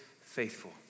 faithful